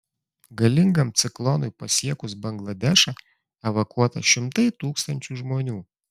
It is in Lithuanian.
galingam ciklonui pasiekus bangladešą evakuota šimtai tūkstančių žmonių